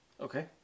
Okay